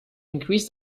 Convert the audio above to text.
increase